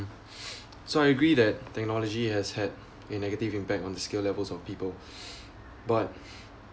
so I agree that technology has had a negative impact on the skill levels of people but